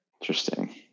Interesting